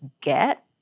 get